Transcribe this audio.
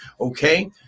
Okay